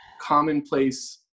commonplace